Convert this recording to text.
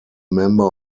member